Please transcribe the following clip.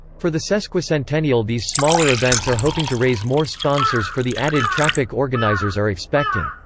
for the sesquicentennial these smaller events are hoping to raise more sponsors for the added traffic organizers are expecting.